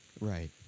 right